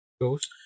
Ghost